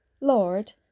lord